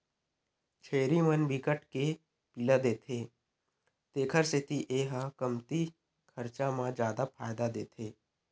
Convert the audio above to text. छेरी मन बिकट के पिला देथे तेखर सेती ए ह कमती खरचा म जादा फायदा देथे